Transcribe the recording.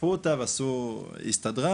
דחפו אותה והיא הסתדרה.